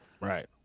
Right